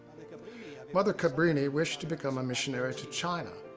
like um mother cabrini wished to become a missionary to china.